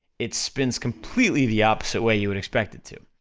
it spins completely the opposite way you would expect it to.